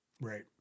right